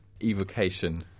evocation